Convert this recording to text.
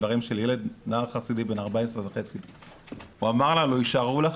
דברים של ילד חסידי בן 14.5. הוא אמר לה 'לא יישארו לך